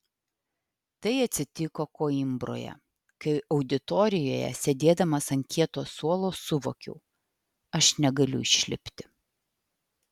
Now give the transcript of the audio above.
tai atsitiko koimbroje kai auditorijoje sėdėdamas ant kieto suolo suvokiau aš negaliu išlipti